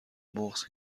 بغض